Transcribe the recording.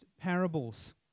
parables